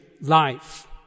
life